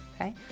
okay